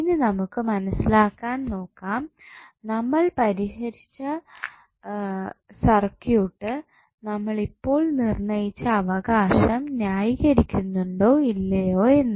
ഇനി നമുക്ക് മനസ്സിലാക്കാൻ നോക്കാം നമ്മൾ പരിഷ്കരിച്ച് സർക്യൂട്ട് നമ്മൾ ഇപ്പോൾ നിർണയിച്ച അവകാശം ന്യായീകരിക്കുന്നുണ്ടോ ഇല്ലയോ എന്ന്